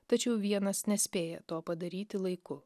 tačiau vienas nespėja to padaryti laiku